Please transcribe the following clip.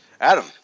Adam